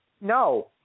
No